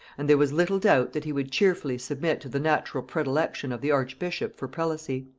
and there was little doubt that he would cheerfully submit to the natural predilection of the archbishop for prelacy.